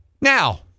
Now